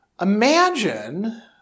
imagine